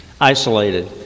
Isolated